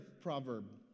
proverb